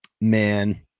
man